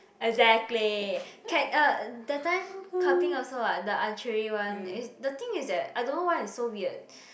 exactly Cat~ uh that time Ka-Ting also [what] the archery one is the thing is that I don't know why it's so weird